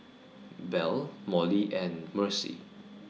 Belle Molly and Mercy